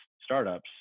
startups